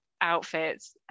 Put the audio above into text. outfits